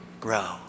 grow